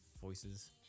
voices